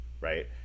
right